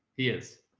is.